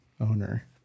owner